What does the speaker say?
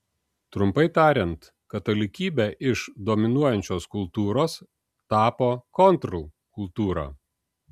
trumpai tariant katalikybė iš dominuojančios kultūros tapo kontrkultūra